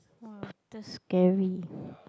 !wah! that's scary